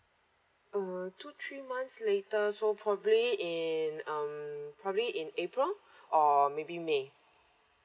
uh two three months later so probably in um probably in april or maybe may